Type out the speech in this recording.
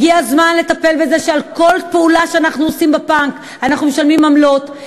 הגיע הזמן לטפל בזה שעל כל פעולה שאנחנו עושם בבנק אנחנו משלמים עמלות.